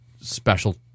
special